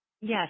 Yes